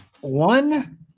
one